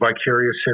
vicarious